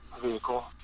vehicle